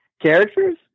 characters